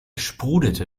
sprudelte